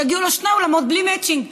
שיגיעו לו שני אולמות בלי מצ'ינג.